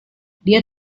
dia